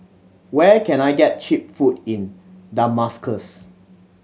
where can I get cheap food in Damascus